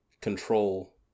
control